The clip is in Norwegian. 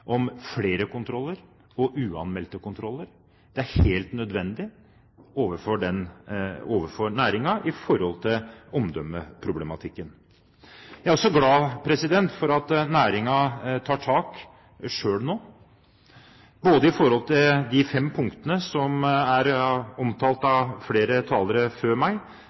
om flere kontroller og uanmeldte kontroller. Det er helt nødvendig overfor næringen med tanke på omdømmeproblematikken. Jeg er også glad for at næringen nå tar tak selv med hensyn til de fem punktene som er omtalt av flere talere før meg.